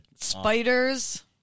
spiders